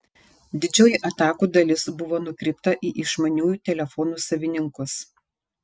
didžioji atakų dalis buvo nukreipta į išmaniųjų telefonų savininkus